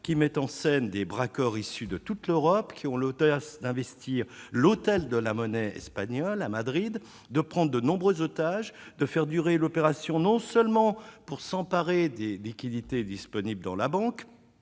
saga mettant en scène des braqueurs issus de toute l'Europe, qui ont l'audace d'investir l'hôtel de la Monnaie espagnol, de prendre de nombreux otages, de faire durer l'opération non seulement pour s'emparer des liquidités disponibles dans la banque